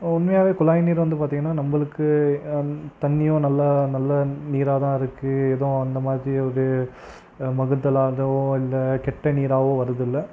உண்மையாகவே குழாய் நீர் வந்து பார்த்தீங்கன்னா நம்மளுக்கு தண்ணியும் நல்லா நல்லா நீராக தான் இருக்குது ஏதுவும் அந்த மாதிரி ஒரு மகுத்தல் அதுவும் இல்லை கெட்ட நீராவும் வரதுல்ல